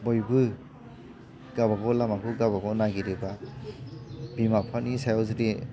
बयबो गावबागाव लामाखौ गावबागाव नागिरोबा बिमा बिफानि सायाव जुदि